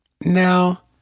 Now